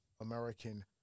American